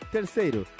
Terceiro